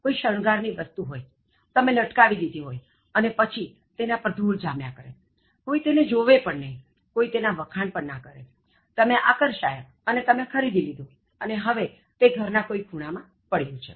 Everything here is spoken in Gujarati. કોઇ શણગાર ની વસ્તુ હોય તમે લટકાવી દીધી હોય અને પછી તેના પર ધુળ જામ્યા કરે અને કોઇ તેને જોવે પણ નહી કોઇ તેના વખાણ પણ ન કરે તમે આકર્ષાયા અને તમે ખરીદી લીધું અને હવે તે ઘર ના કોઇ ખૂણા માં પડયું છે